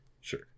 Sure